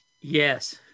Yes